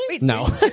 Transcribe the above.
no